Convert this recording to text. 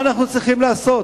מה אנחנו צריכים לעשות?